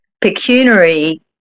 pecuniary